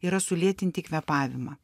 yra sulėtinti kvėpavimą